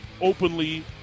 openly